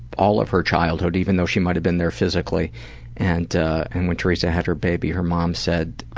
all of her childhood even though she might have been there physically and and when teresa had her baby, her mom said,